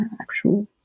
actual